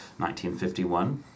1951